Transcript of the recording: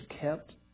kept